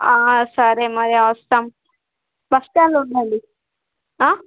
సరే మరి వస్తాము బస్టాండ్లో ఉండండి